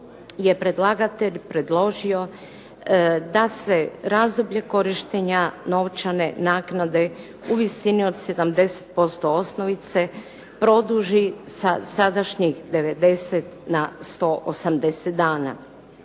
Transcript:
je predlagatelj predložio da se razdoblje korištenja novčane naknade u visini od 70% osnovice produži sa sadašnjih 90 na 180 dana.